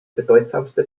bedeutsamste